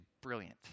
brilliant